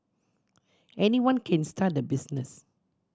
anyone can start the business